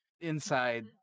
inside